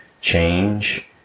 change